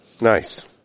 Nice